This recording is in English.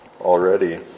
already